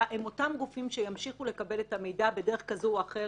הם אותם גופים שימשיכו לקבל את המידע בדרך כזאת או אחרת,